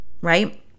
right